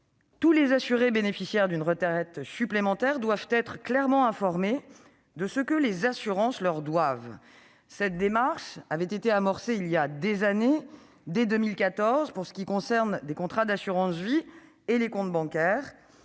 Tous les assurés bénéficiaires d'une retraite supplémentaire doivent être clairement informés de ce que les assurances leur doivent. Cette démarche avait été amorcée dès 2014 pour les contrats d'assurance-vie et les comptes bancaires